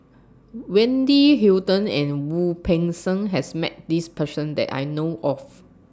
Wendy Hutton and Wu Peng Seng has Met This Person that I know of